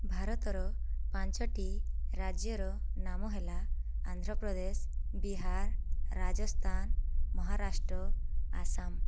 ଭାରତର ପାଞ୍ଚଟି ରାଜ୍ୟର ନାମ ହେଲା ଆନ୍ଧ୍ରପ୍ରଦେଶ ବିହାର ରାଜସ୍ତାନ ମହାରାଷ୍ଟ୍ର ଆସାମ